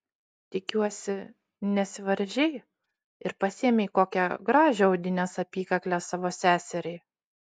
tikiuosi nesivaržei ir pasiėmei kokią gražią audinės apykaklę savo seseriai